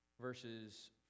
verses